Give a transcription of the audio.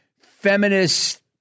feminist